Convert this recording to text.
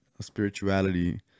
spirituality